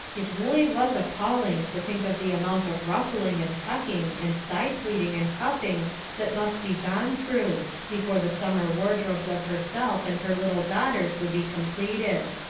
it really was appalling to think of the amount of ruffling and tucking and side-pleating and puffing that must be gone through, before the summer wardrobes of herself and her little daughters would be completed.